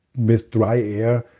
with dry air,